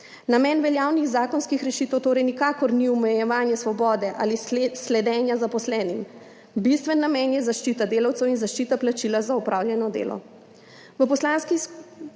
Namen veljavnih zakonskih rešitev torej nikakor ni omejevanje svobode ali sledenje zaposlenim, bistven namen je zaščita delavcev in zaščita plačila za opravljeno delo.